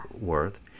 worth